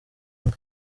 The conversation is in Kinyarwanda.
umwe